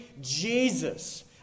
Jesus